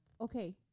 Okay